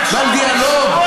על דיאלוג,